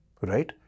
right